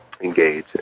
engage